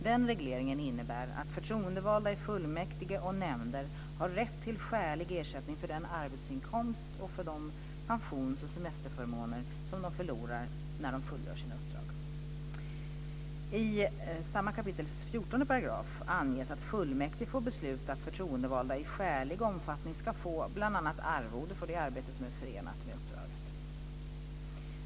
Den regleringen innebär att förtroendevalda i fullmäktige och nämnder har rätt till skälig ersättning för den arbetsinkomst och för de pensions och semesterförmåner som de förlorar när de fullgör sina uppdrag. I 4 kap. 14 § samma lag anges att fullmäktige får besluta att förtroendevalda i skälig omfattning ska få bl.a. arvode för det arbete som är förenat med uppdraget.